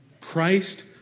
Christ